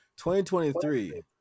2023